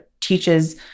teaches